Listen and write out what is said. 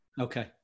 Okay